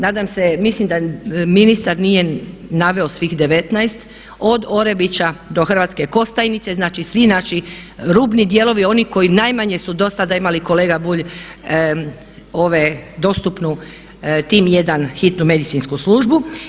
Nadam se, mislim da ministar nije naveo svih 19, od Orebića do Hrvatske Kostajnice, znači svi naši rubni dijelovi, oni koji najmanje su dosada imali kolega Bulj dostupnu tim 1 hitnu medicinsku službu.